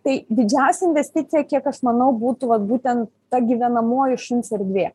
tai didžiausia investicija kiek aš manau būtų vat būtent ta gyvenamoji šuns erdvė